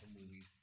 movies